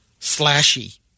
Slashy